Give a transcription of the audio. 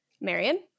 Marion